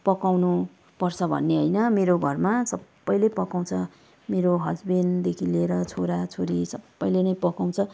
पकाउनु पर्छ भन्ने होइन मेरो घरमा सबैले पकाउँछ मेरो हस्बेन्डदेखि लिएर छोरा छोरी सबैले नै पकाउँछ